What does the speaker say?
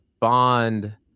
bond